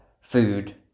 food